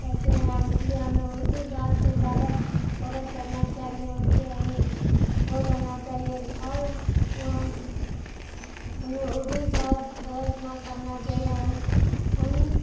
پڑھتے ہیں ہم اس لیے ہمیں اردو زیادہ سے زیادہ فوکس کرنا چاہیے ان پہ ہمیں غور کرنا چاہیے اور ہمیں اردو زیادہ سے زیادہ استعمال کرنا چاہیے ہم ہم